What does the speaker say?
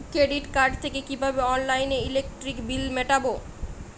Credit card থেকে কিভাবে অনলাইনে ইলেকট্রিক বিল মেটাবো?